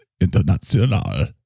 international